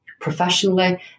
professionally